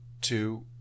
two